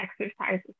exercises